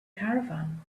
caravan